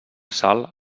sal